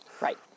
Right